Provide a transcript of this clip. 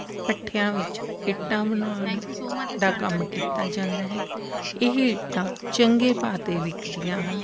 ਭੱਠਿਆਂ ਵਿੱਚ ਇੱਟਾਂ ਬਣਾਉਣ ਦਾ ਕੰਮ ਕੀਤਾ ਜਾਂਦਾ ਹੈ ਇਹ ਇੱਟਾਂ ਚੰਗੇ ਭਾਅ 'ਤੇ ਵਿਕਦੀਆਂ ਹਨ